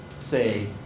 say